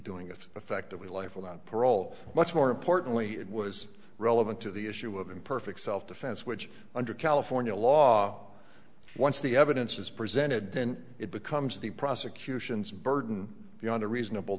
doing it effectively life without parole much more importantly it was relevant to the issue of imperfect self defense which under california law once the evidence is presented then it becomes the prosecution's burden beyond a reasonable